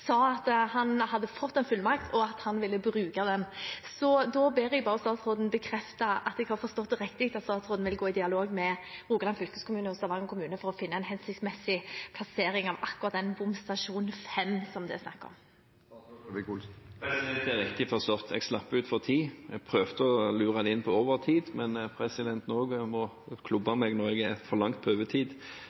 sa at han hadde fått en fullmakt, og at han ville bruke den. Så jeg ber statsråden bare bekrefte at jeg har forstått det riktig, at statsråden vil gå i dialog med Rogaland fylkeskommune og Stavanger kommune for å finne en hensiktsmessig plassering av akkurat bomstasjon nr. 5, som det er snakk om. Det er riktig forstått, jeg slapp opp for tid. Jeg prøvde å lure det inn på overtid, men presidenten klubber meg når jeg er for langt på